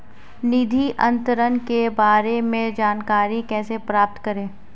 निधि अंतरण के बारे में जानकारी कैसे प्राप्त करें?